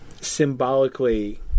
symbolically